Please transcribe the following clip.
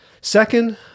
Second